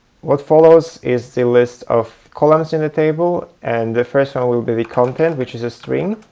what follows is the list of columns in the table, and the first one will be the content, which is a string.